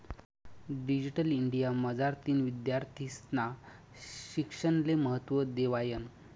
digital India मझारतीन विद्यार्थीस्ना शिक्षणले महत्त्व देवायनं